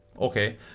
okay